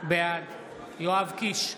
בעד יואב קיש,